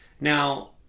Now